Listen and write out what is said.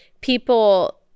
people